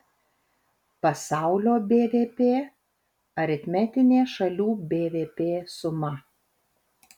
pasaulio bvp aritmetinė šalių bvp suma